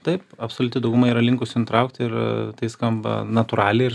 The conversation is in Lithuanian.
taip absoliuti dauguma yra linkusi nutraukti ir tai skamba natūraliai ir